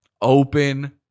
Open